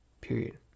Period